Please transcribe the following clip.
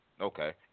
Okay